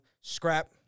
Scrap